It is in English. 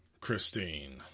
Christine